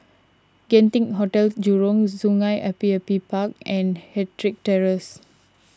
Genting Hotel Jurong Sungei Api Api Park and Ettrick Terrace